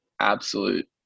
absolute